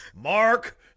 Mark